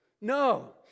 No